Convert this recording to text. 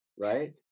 right